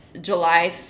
July